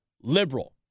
liberal